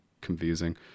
confusing